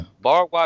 Bar